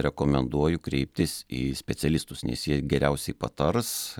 rekomenduoju kreiptis į specialistus nes jie geriausiai patars